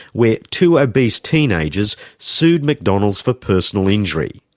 where two obese teenagers sued mcdonald's for personal injury.